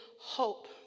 hope